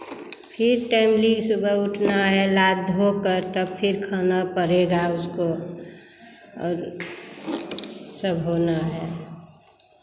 फिर टाइमली सुबह उठना है नाद धोकर तब फिर खाना पड़ेगा उसको और सब होना है